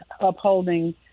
upholding